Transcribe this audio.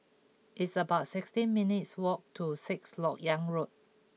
it's about sixteen minutes' walk to Sixth Lok Yang Road